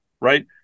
Right